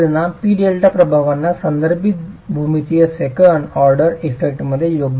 P delta प्रभावांना संदर्भित भूमितीय सेकंड ऑर्डर इफेक्टमध्ये योगदान द्या